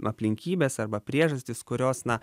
aplinkybės arba priežastys kurios na